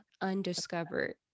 undiscovered